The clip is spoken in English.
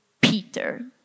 Peter